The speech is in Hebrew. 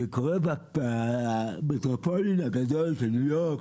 כי אין תחבורה ציבורית מבני ברק